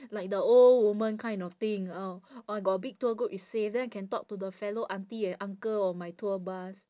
like the old woman kind of thing oh I got a big tour group is safe then I can talk to the fellow auntie and uncle on my tour bus